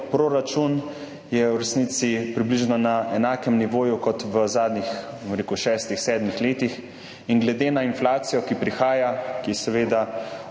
proračun, je v resnici približno na enakem nivoju kot v zadnjih, bom rekel, šestih, sedmih letih. Glede na inflacijo, ki prihaja, ki je seveda